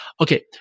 Okay